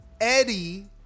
Eddie